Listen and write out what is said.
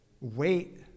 wait